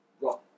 rock